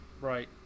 Right